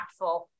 impactful